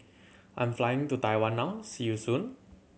I'm flying to Taiwan now see you soon